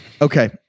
Okay